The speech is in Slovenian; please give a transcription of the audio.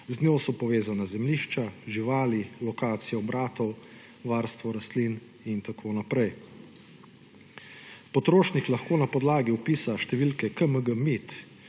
z njo so povezani zemljišča, živali, lokacija obratov, varstvo rastlin in tako naprej. Potrošnik lahko na podlagi vpisa številke KMG-MID,